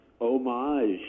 homage